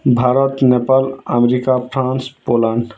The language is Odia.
Bharat Nepal America France Poland